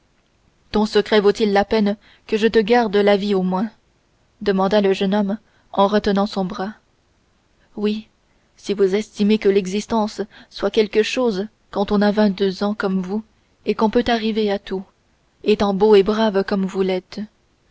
ton secret vaut-il la peine que je te garde la vie au moins demanda le jeune homme en retenant son bras oui si vous estimez que l'existence soit quelque chose quand on a vingt-deux ans comme vous et qu'on peut arriver à tout étant beau et brave comme vous l'êtes